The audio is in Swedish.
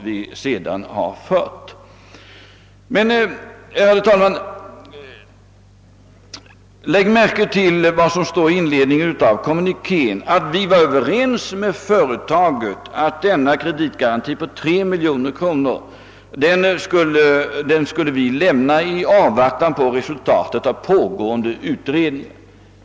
Men, herr talman, lägg märke till vad som står i inledningen till den tidigare nämnda kommunikén, nämligen att vi var överens med företaget om att lämna en kreditgaranti på 3 miljoner kronor i avvaktan på resultatet av pågående utredning.